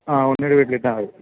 ആ ഉണ്ണിയുടെ വീട്ടിൽ ഇട്ടാല് മതി